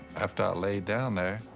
after i laid down there.